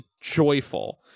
joyful